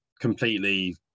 completely